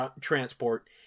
transport